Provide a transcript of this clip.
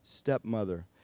stepmother